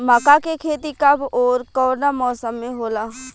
मका के खेती कब ओर कवना मौसम में होला?